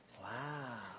Wow